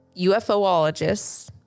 UFOologists